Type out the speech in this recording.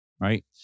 right